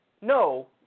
no